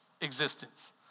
existence